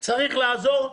צריך לעזור.